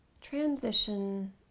transition